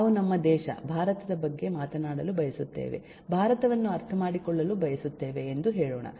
ನಾವು ನಮ್ಮ ದೇಶ ಭಾರತದ ಬಗ್ಗೆ ಮಾತನಾಡಲು ಬಯಸುತ್ತೇವೆ ಭಾರತವನ್ನು ಅರ್ಥಮಾಡಿಕೊಳ್ಳಲು ಬಯಸುತ್ತೇವೆ ಎಂದು ಹೇಳೋಣ